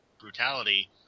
brutality